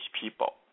people